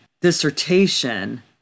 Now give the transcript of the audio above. dissertation